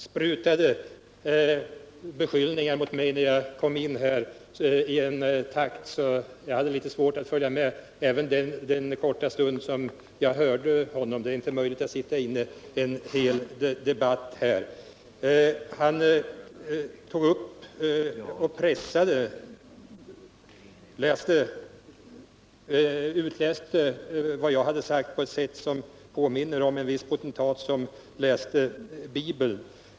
Herr talman! Georg Danell sprutade beskyllningar mot mig i ett sådant tempo när jag kom in i kammaren att jag hade litet svårt att följa med även den korta stund jag hörde honom; det är inte möjligt att sitta här inne en hel lång debatt. Georg Danell utläste vad jag sagt på ett sätt som påminner om en viss potentats metod att läsa Bibeln.